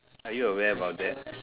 are you aware about that